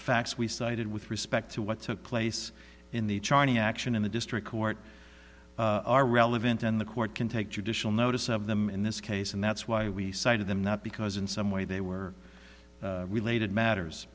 facts we sided with respect to what took place in the charting action in the district court are relevant and the court can take judicial notice of them in this case and that's why we cited them not because in some way they were related matters